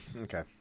Okay